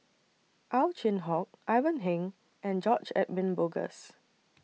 Ow Chin Hock Ivan Heng and George Edwin Bogaars